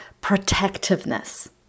protectiveness